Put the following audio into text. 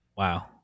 Wow